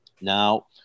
Now